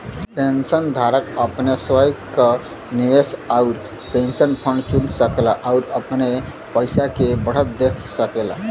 पेंशनधारक अपने स्वयं क निवेश आउर पेंशन फंड चुन सकला आउर अपने पइसा के बढ़त देख सकेला